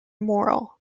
moral